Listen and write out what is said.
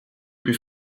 plus